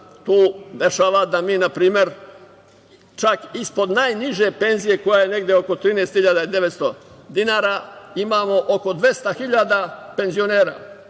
tu dešava da mi, na primer, čak ispod najniže penzije, koja je negde oko 13.900 dinara, imamo oko 200 hiljada penzionera.